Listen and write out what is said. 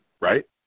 right